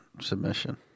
Submission